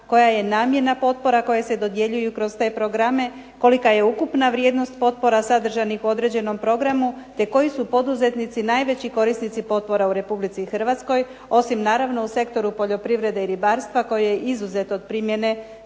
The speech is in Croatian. koja je namjena potpora koje se dodjeljuju kroz te programe, kolika je ukupna vrijednost potpora sadržanih u određenom programu, te koji su poduzetnici najveći korisnici potpora u Republici Hrvatskoj, osim naravno u sektoru poljoprivrede i ribarstva koji je izuzet od primjene